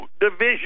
division